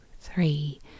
three